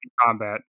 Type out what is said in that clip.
combat